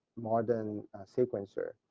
modern sequenceer.